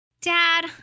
Dad